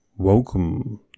welcome